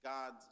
God